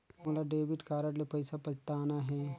मोला debit card ले पइसा पटाना हे?